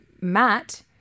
Matt